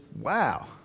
wow